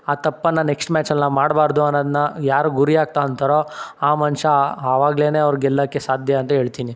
ಆ ತಪ್ಪನ್ನು ನೆಕ್ಸ್ಟ್ ಮ್ಯಾಚಲ್ಲಿ ನಾವು ಮಾಡಬಾರ್ದು ಅನ್ನೋದ್ನ ಯಾರು ಗುರಿಯಾಗಿ ತಗಂತಾರೋ ಆ ಮನುಷ್ಯ ಆವಾಗಲೇನೆ ಅವ್ರು ಗೆಲ್ಲೋಕ್ಕೆ ಸಾಧ್ಯ ಅಂತ ಹೇಳ್ತೀನಿ